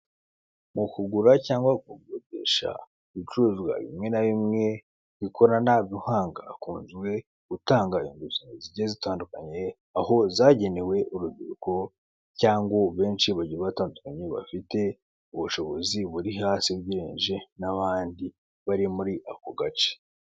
Mu kugura cyangwa kugurisha ibicuruzwa bimwe na bimwe by'ikoranabuhanga bikunzwe ngutanga serivise zigiye zitandukanye aho zagenewe urubyiruko cyangwa benshi bagiye batandukaye bafite ubushobozi buri hasi ugereranyije n'abandi bari muri ako gace.